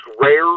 rare